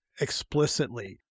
explicitly